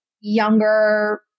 younger